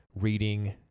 reading